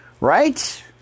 Right